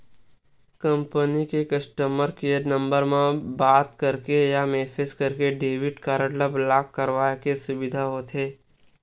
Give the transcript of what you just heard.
company के customer care number म बात करके या मेसेज करके डेबिट कारड ल ब्लॉक कराए के सुबिधा होथे